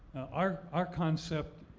our our concept,